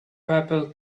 purple